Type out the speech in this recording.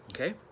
okay